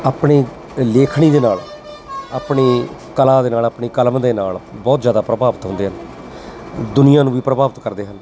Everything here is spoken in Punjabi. ਆਪਣੀ ਲੇਖਣੀ ਦੇ ਨਾਲ ਆਪਣੀ ਕਲਾ ਦੇ ਨਾਲ ਆਪਣੀ ਕਲਮ ਦੇ ਨਾਲ ਬਹੁਤ ਜ਼ਿਆਦਾ ਪ੍ਰਭਾਵਿਤ ਹੁੰਦੇ ਆ ਦੁਨੀਆਂ ਨੂੰ ਵੀ ਪ੍ਰਭਾਵਿਤ ਕਰਦੇ ਹਨ